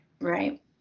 Right